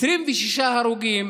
26 הרוגים